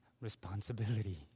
responsibility